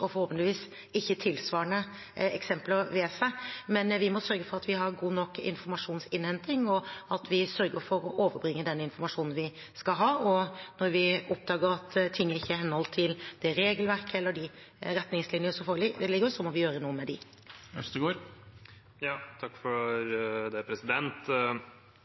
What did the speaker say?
og forhåpentligvis ikke tilsvarende eksempler ved seg. Vi må sørge for at vi har god nok informasjonsinnhenting, og at vi sørger for å overbringe den informasjonen vi skal ha. Når vi oppdager at ting ikke er i henhold til det regelverket eller de retningslinjer som foreligger, må vi gjøre noe med dem. Saker som dette vekker jo bekymring for